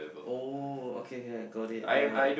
oh okay okay I got it yea